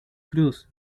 cruz